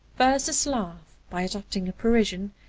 first a slav, by adoption a parisian,